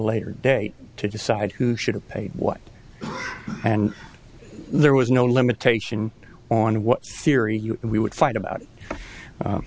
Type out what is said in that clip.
later date to decide who should have paid what and there was no limitation on what theory we would fight about